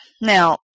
Now